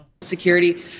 Security